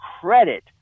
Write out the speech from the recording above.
credit